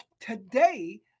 Today